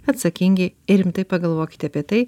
atsakingi ir rimtai pagalvokite apie tai